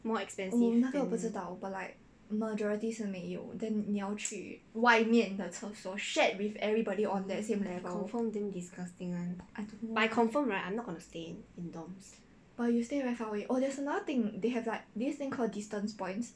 oh 那个我不知道 but like majority 是没有 then 你要去外面的厕所 shared with everybody on that same level I don't know lah but you stay very far away oh there's another thing they have like this thing called distance points